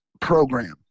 program